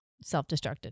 self-destructed